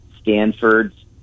Stanford's